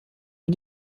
für